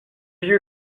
you